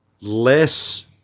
less